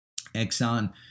Exxon